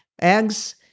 eggs